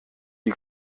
die